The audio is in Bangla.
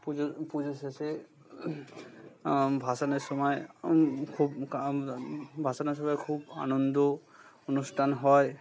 পুজো পুজো শেষে ভাসানের সময়ে খুব ভাসানের খুব আনন্দ অনুষ্ঠান হয়